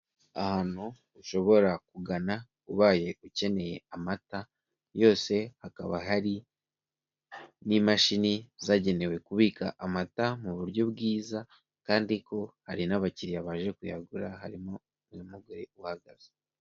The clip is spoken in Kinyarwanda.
Ahantu ushobora kugana ubaye ukeneye amata yose hakaba hari n'imashini zagenewe kubika amata mu buryo bwiza kandi ko hari n'abakiriya baje kuyagura harimo uyu mugore uhagaze.